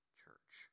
church